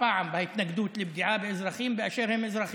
פעם בהתנגדות לפגיעה באזרחים באשר הם אזרחים.